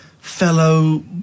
fellow